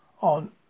on